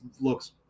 looks